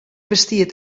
bestiet